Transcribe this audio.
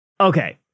Okay